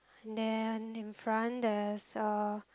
and then in front there's a